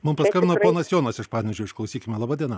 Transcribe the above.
mums paskambino ponas jonas iš panevėžio išklausykime laba diena